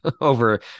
over